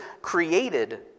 created